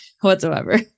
whatsoever